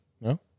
No